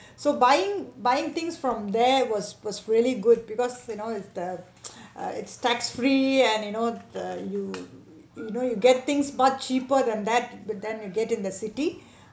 so buying buying things from there was was really good because you know the uh it's tax free and you know the you you know you get things much cheaper than that but then you get in the city